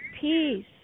peace